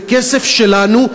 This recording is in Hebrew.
וזה כסף שלנו,